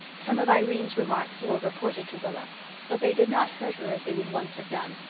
some of irene's remarks were reported to rilla but they did not hurt her as they would once have done.